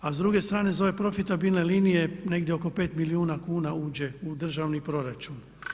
A s druge strane za ove profitabilne linije negdje oko 5 milijuna kuna uđe u državni proračun.